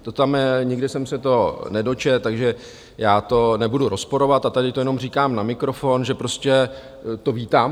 To tam, nikde jsem se to nedočetl, takže já to nebudu rozporovat a tady to jenom říkám na mikrofon, že prostě to vítám.